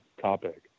topic